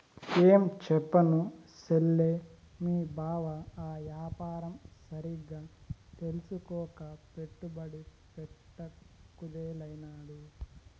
ఏంచెప్పను సెల్లే, మీ బావ ఆ యాపారం సరిగ్గా తెల్సుకోక పెట్టుబడి పెట్ట కుదేలైనాడు